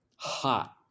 hot